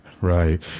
Right